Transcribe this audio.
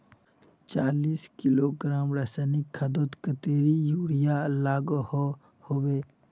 चालीस किलोग्राम रासायनिक खादोत कतेरी यूरिया लागोहो होबे?